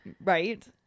Right